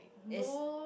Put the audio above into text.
is